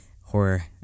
horror